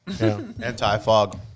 Anti-fog